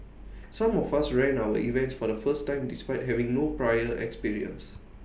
some of us ran our events for the first time despite having no prior experience